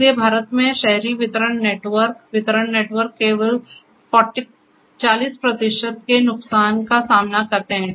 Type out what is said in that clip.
इसलिए भारत में शहरी वितरण नेटवर्क वितरण नेटवर्क केवल 40 प्रतिशत के नुकसान का सामना करते हैं